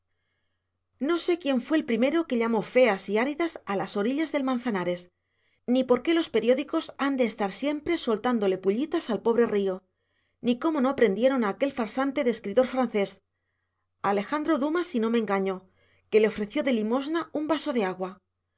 no sé quién fue el primero que llamó feas y áridas a las orillas del manzanares ni por qué los periódicos han de estar siempre soltándole pullitas al pobre río ni cómo no prendieron a aquel farsante de escritor francés alejandro dumas si no me engaño que le ofreció de limosna un vaso de agua